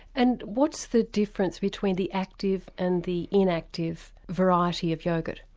and what's the difference between the active and the inactive variety of yoghurt?